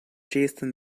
jason